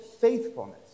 faithfulness